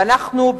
ואנחנו,